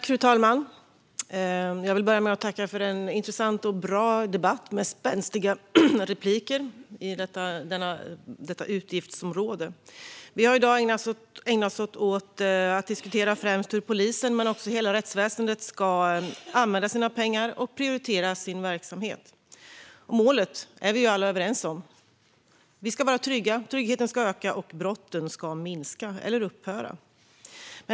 Fru talman! Jag vill börja med att tacka för en intressant och bra debatt, med spänstiga replikskiften, om detta utgiftsområde. Vi har i dag ägnat oss åt att diskutera hur främst polisen men även hela rättsväsendet ska använda sina pengar och prioritera sin verksamhet. Målet är vi alla överens om: Vi ska vara trygga. Tryggheten ska öka, och brotten ska minska - eller upphöra.